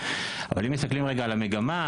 אבל אם מסתכלים רגע על המגמה,